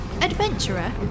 Adventurer